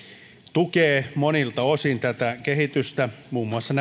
tukee monilta osin tätä kehitystä muun muassa